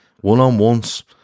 one-on-ones